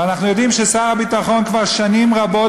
ואנחנו יודעים ששר הביטחון כבר שנים רבות,